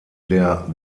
der